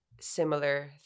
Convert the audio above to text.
Similar